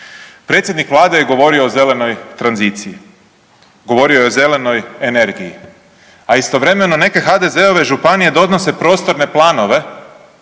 predsjednik Vlade je govorio o zelenoj tranziciji, govorio je o zelenoj energiji, a istovremeno neke HDZ-ove županije donose prostorne planove